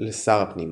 לשר הפנים.